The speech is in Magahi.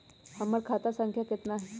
हमर खाता संख्या केतना हई?